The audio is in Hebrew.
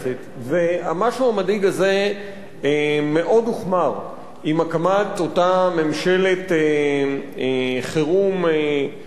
והמשהו המדאיג הזה מאוד הוחמר עם הקמת אותה ממשלת חירום רחבה